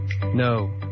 No